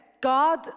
God